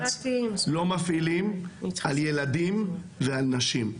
לא מפעילים על ילדים ועל נשים.